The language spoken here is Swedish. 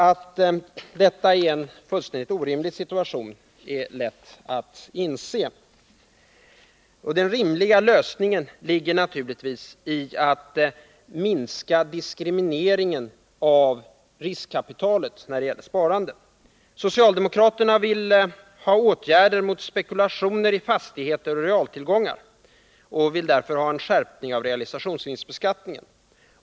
Att detta är en fullständigt orimlig situation är lätt att inse. Den rimliga lösningen ligger naturligtvis i att minska diskrimineringen av riskkapitalet när det gäller sparande. Socialdemokraterna vill ha åtgärder mot spekulationer i fastigheter och realtillgångar och vill därför ha en skärpning av realisationsvinstbeskattningen.